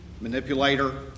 manipulator